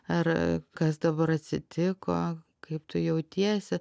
ar kas dabar atsitiko kaip tu jautiesi